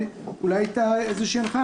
אולי הייתה איזושהי הנחיה,